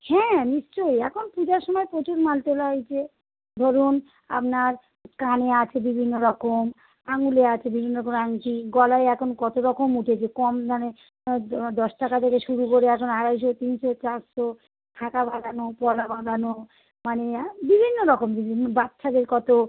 হ্যাঁ নিশ্চয়ই এখন পূজার সময় প্রচুর মাল তোলা হয়েছে ধরুন আপনার কানে আছে বিভিন্ন রকম আঙুলে আছে বিভিন্ন রকম আংটি গলায় এখন কতো রকম উঠেছে কম দামে দ দশ টাকা থেকে শুরু করে এখন আড়াইশো তিনশো চারশো শাখা বাঁধানো পলা বাঁধানো মানে বিভিন্ন রকম বিভিন্ন বাচ্চাদের কতো